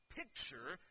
picture